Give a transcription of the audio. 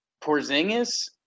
Porzingis